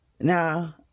Now